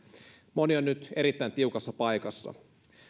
moni on nyt erittäin tiukassa paikassa